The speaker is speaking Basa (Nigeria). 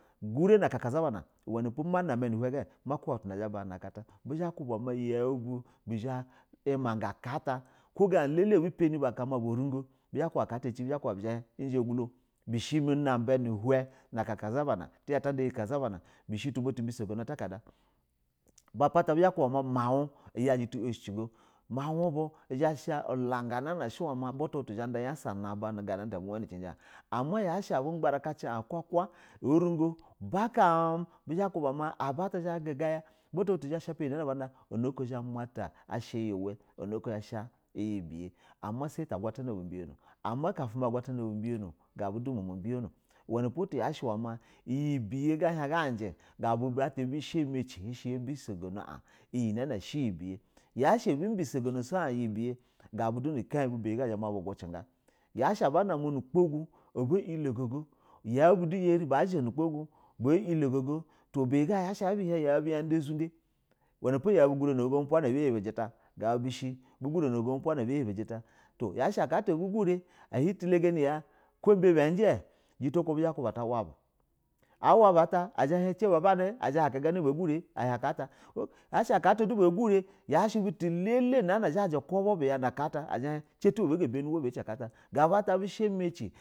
Gurɛ na aka kaza bana wɛnɛ po mana ma nu uhin ga ma kuba butu na zha bana na aka ata bɛ zhɛ ku ba ma yau bu bizɛ imaga aka ata ko gana ɛlɛlɛ abu panɛ bu aka ata bizha ningo bizha ba ku ba aka ata cin bizha hio izha ugulo, bishɛ ima naba nu uhin na aka ka z aba nan aka kaza bana bishɛ tu na ba nu uhin batu baso gano uta kada, bapata mau muya jɛ tɛ oshɛ jigo mau bu zha yashɛ ulagana butu butu zha ba da yasa na ba, ganna ta bu wani cijɛ an ama yashɛ a bu gbara cin a kaka orugo bakamu bi zha ba kuba ma aba at zha a guga ya o ruga baka mu bizha ba ku ba butu butu zha shapa iyɛ na ada ana oko zha a mata ya asha iyɛ uwɛ a no oko zha ama ta asha iyɛ biyɛ, sai ta agula tana ubu biya na ama kapɛ ma agula ta na ubu biyano ga budu mama biyana, wanapo tiyashɛ uwɛ ma iyi biya ga a hin ga aji gabu gba ata hin amaci hin bisagono in iyɛ nana shɛ iyɛ ubɛ, yɛ yashɛ abu bɛ sogana shɛ a in na shɛ iyɛ biya gabu du nu kain bu bayi ga uzha ma bu gunci ga yashɛ a bana ma nu ugbo go aba yilo gogo, yau bu du bani bazha nu ukpa gu bazha do ba ɛlɛogogo biyɛ ga abu hin yau bub a da uzu dɛ uwɛnɛ po yau bu guri na ogogo ubaa na ba aya bi jita gab u bishɛ bu gurɛ na ogogo ubaa na ba ayabi jita to yashɛ aka ata ahin gure hin ti lagani ya jito oko bizha ba kubo ta a wabu a wa bu ata azha hin ci babani azha a hin aka ganana bagurɛ yashɛ na aka ata ba gure ayashɛ butu ba alɛlɛ na uku bɛ bu na aka ata ci tu ba buga bani uhla ci aka gata ga hin ba ata hin shɛ a maci.